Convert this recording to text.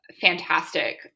fantastic